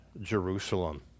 Jerusalem